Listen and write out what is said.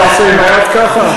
אתה עושה עם היד ככה?